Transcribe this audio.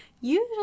usually